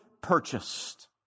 purchased